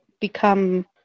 become